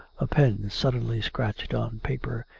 a pen suddenly scratched on paper.